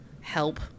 help